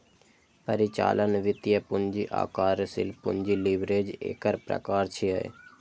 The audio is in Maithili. परिचालन, वित्तीय, पूंजी आ कार्यशील पूंजी लीवरेज एकर प्रकार छियै